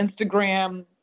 Instagram